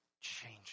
change